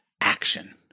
action